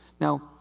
Now